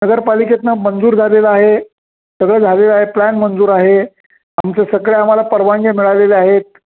नगरपालिकेतनं मंजूर झालेलं आहे सगळं झालेलं आहे प्लान मंजूर आहे आमचे सगळे आम्हाला परवानग्या मिळालेल्या आहेत